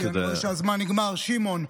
כי אני רואה שהזמן נגמר: שמעון,